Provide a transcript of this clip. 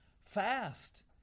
fast